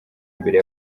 mbere